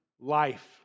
life